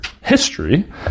history